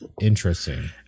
Interesting